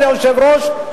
אדוני היושב-ראש,